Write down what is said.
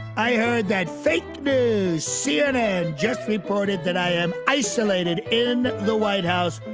i heard that fake news. cnn just reported that i am isolated in the white house,